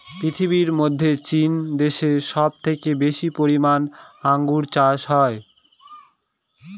পৃথিবীর মধ্যে চীন দেশে সব থেকে বেশি পরিমানে আঙ্গুর চাষ হয়